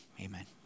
amen